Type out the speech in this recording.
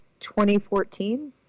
2014